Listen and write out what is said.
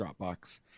Dropbox